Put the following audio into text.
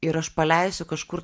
ir aš paleisiu kažkur